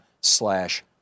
slash